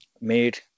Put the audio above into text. made